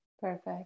Perfect